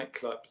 nightclubs